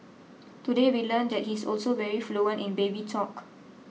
today we learned that he is also very fluent in baby talk